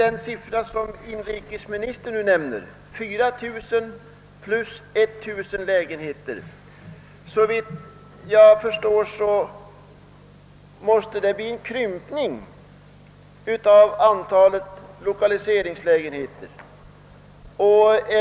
Inrikesministern nämner nu siffrorna 4000 plus 1000 lokaliseringslägenheter, vilket alltså skulle innebära en krympning av antalet.